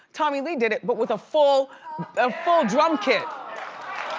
tommy lee did it, but with a full ah full drum kit.